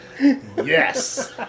Yes